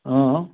অঁ